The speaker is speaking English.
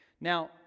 Now